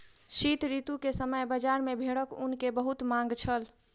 शीत ऋतू के समय बजार में भेड़क ऊन के बहुत मांग छल